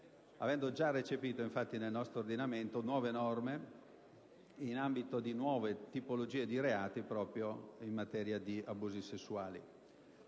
avendo già recepito nel proprio ordinamento nuove norme in ambito di nuove tipologie di reato proprio in materia di abusi sessuali.